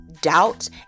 doubt